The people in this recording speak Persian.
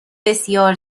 بسیار